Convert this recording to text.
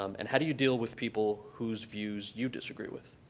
um and how do you deal with people who's views you disagree with?